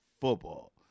football